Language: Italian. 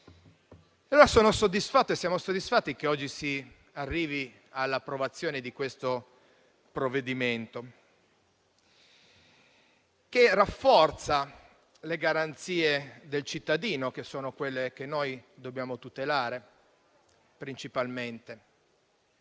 Sono soddisfatto e siamo soddisfatti che oggi si arrivi all'approvazione di questo provvedimento che rafforza le garanzie del cittadino, che noi dobbiamo principalmente